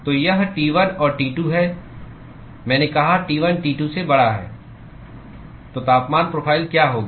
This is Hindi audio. तो यह T1 और T2 है मैंने कहा T1 T2 से बड़ा है तो तापमान प्रोफ़ाइल क्या होगी